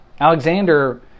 Alexander